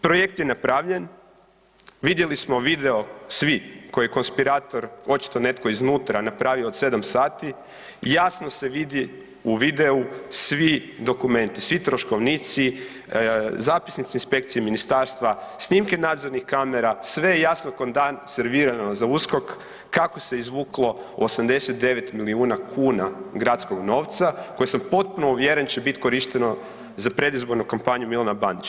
Projekt je napravljen, vidjeli smo vidio svi koje konspirator očito netko iznutra napravio od sedam sati, jasno se vidi u videu svi dokumenti, svi troškovnici, zapisnici inspekcije ministarstva, snimke nadzornih kamera, sve je jasno ko dan servirano za USKOK kako se izvuklo 89 milijuna kuna gradskog novca koji sam potpuno uvjeren će biti korišteno za predizbornu kampanju Milana Bandića.